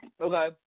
Okay